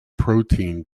protein